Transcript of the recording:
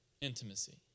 Intimacy